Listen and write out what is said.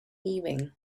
leaving